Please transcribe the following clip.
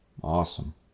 Awesome